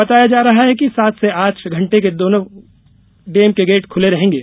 बताया जा रहा है कि सात से आठ घंटे तक दोनों डेम के गेट खुले रहेंगे